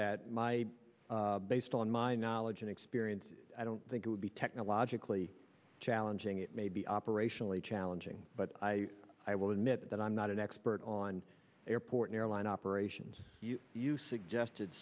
that my based on my knowledge and experience i don't think it would be technologically challenging it may be operationally challenging but i i will admit that i'm not an expert on airport airline operations you suggested